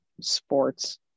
sports